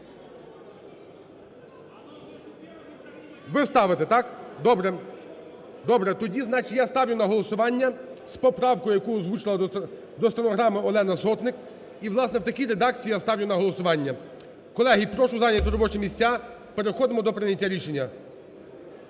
Ви ставите, так? Добре. Тоді значить я ставлю на голосування з поправкою, яку озвучила до стенограми Олена Сотник, і, власне, в такій редакції я ставлю на голосування. Колеги, прошу зайняти робочі місця, переходимо до прийняття рішення.